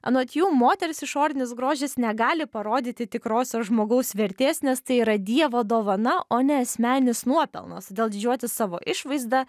anot jų moters išorinis grožis negali parodyti tikrosios žmogaus vertės nes tai yra dievo dovana o ne asmeninis nuopelnas todėl didžiuotis savo išvaizda